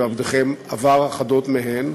ועבדכם עבר אחדות מהן,